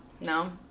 No